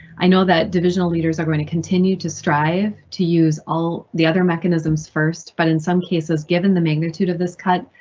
i know that divisional leaders are going to continue to strive to use all the other mechanisms first, but in some cases, given the magnitude of this cut,